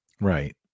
right